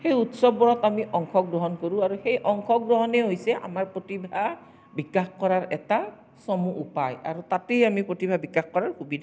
সেই উৎসৱবোৰত আমি অংশগ্ৰহণ কৰোঁ আৰু সেই অংশগ্ৰহণেই হৈছে আমাৰ প্ৰতিভা বিকাশ কৰাৰ এটা চমু উপায় আৰু তাতেই আমি প্ৰতিভা বিকাশ কৰাৰ সুবিধা